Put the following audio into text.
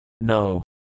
No